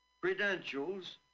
credentials